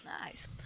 nice